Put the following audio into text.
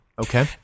Okay